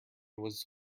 was